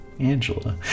Angela